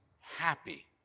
happy